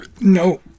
No